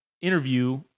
interview